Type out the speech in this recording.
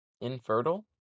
Infertile